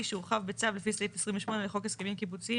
שהורחב בצו לפי סעיף 28 לחוק הסכמים קיבוציים,